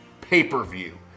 pay-per-view